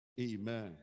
Amen